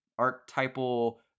archetypal